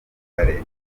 kare